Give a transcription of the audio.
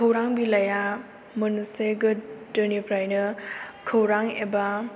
खौरां बिलाया मोनसे गोदोनिफ्रायनो